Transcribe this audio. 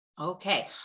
Okay